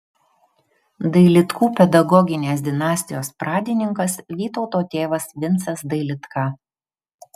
dailidkų pedagoginės dinastijos pradininkas vytauto tėvas vincas dailidka